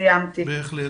תודה.